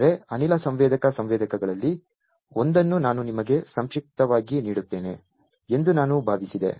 ಆದರೆ ಅನಿಲ ಸಂವೇದಕ ಸಂವೇದಕಗಳಲ್ಲಿ ಒಂದನ್ನು ನಾನು ನಿಮಗೆ ಸಂಕ್ಷಿಪ್ತವಾಗಿ ನೀಡುತ್ತೇನೆ ಎಂದು ನಾನು ಭಾವಿಸಿದೆ